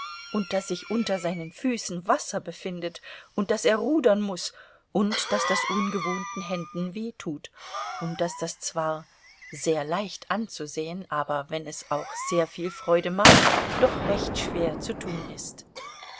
und daß sich unter seinen füßen wasser befindet und daß er rudern muß und daß das ungewohnten händen weh tut und daß das zwar sehr leicht anzusehen aber wenn es auch sehr viel freude macht doch recht schwer zu tun ist